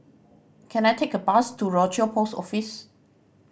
can I take a bus to Rochor Post Office